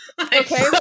Okay